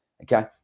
okay